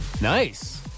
Nice